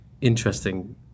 interesting